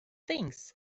things